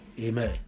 Amen